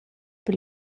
per